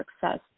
success